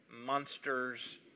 monsters